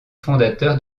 fondateur